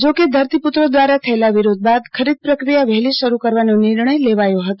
જો કે ધરતીપુત્રો દ્વારા થયેલા વિરોધ બાદ ખરીદ પ્રક્રિયા વહેલી શરૂ કરવાનો નિર્ણય લેવાયો હતો